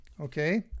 okay